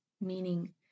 meaning